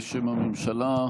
בשם הממשלה,